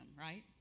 right